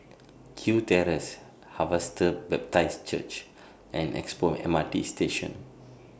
Kew Terrace Harvester Baptist Church and Expo M R T Station